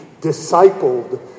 discipled